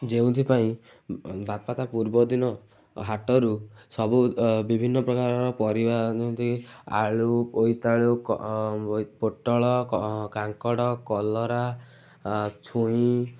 ଯେଉଁଥିପାଇଁ ବାପା ତା'ପୂର୍ବଦିନ ହାଟରୁ ସବୁ ବିଭିନ୍ନ ପ୍ରକାରର ପରିବା ଯେମିତି କି ଆଳୁ ବୋଇତାଳୁ ପୋଟଳ କାଙ୍କଡ଼ କଲରା ଛୁଇଁ